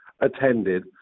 attended